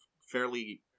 fairly